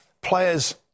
Players